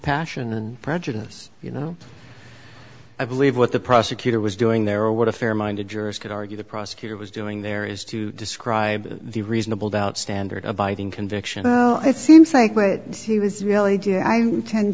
passion and prejudice you know i believe what the prosecutor was doing there are what a fair minded jurors could argue the prosecutor was doing there is to describe the reasonable doubt standard abiding conviction well it seems like what she was really did i tend